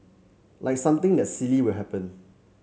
like something that silly will happen